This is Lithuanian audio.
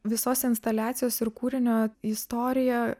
visos instaliacijos ir kūrinio istorija